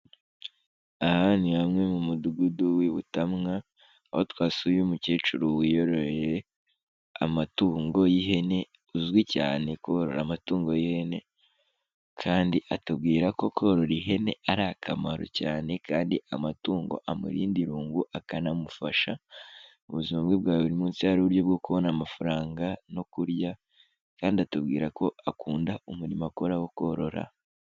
Aha ni hamwe mu mudugudu w'i Butamwa, aho twasuye uyu umukecuru wiyororeye amatungo y'ihene, uzwi cyane korora amatungo y'ihene kandi atubwira ko korora ihene ari akamaro cyane kandi amatungo amurinda irungu, akanamufasha mu buzima bwe bwa buri munsi yaba ari uburyo bwo kubona amafaranga no kurya kandi atubwira ko akunda umurimo akora wo korora.